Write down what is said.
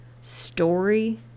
story